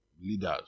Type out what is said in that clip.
leaders